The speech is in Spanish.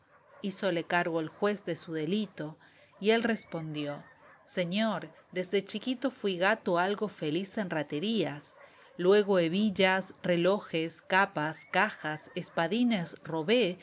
inocente hízole cargo el juez de su delito y él respondió señor desde chiquito fuí gato algo feliz en raterías luego hebillas relojes capas cajas espadines robé